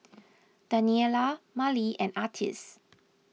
Daniela Marley and Artis